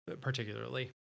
particularly